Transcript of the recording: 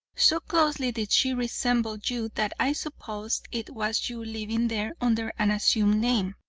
so closely did she resemble you that i supposed it was you living there under an assumed name.